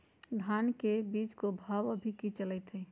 धान के बीज के भाव अभी की चलतई हई?